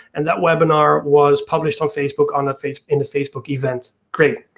and that webinar was published on facebook on the facebook and facebook event, great.